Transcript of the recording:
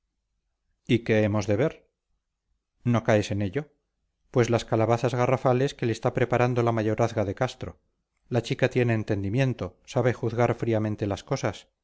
de ver no caes en ello pues las calabazas garrafales que le está preparando la mayorazga de castro la chica tiene entendimiento sabe juzgar fríamente las cosas